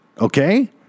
Okay